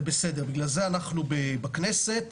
בגלל זה אנחנו בכנסת,